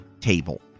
table